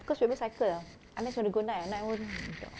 because we always cycle ah unless you want to go night ah night hold on dark